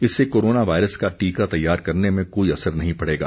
इससे corona virus का टीका तैयार करने में कोई असर नहीं पड़ेगा